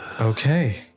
Okay